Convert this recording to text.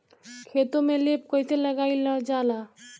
खेतो में लेप कईसे लगाई ल जाला?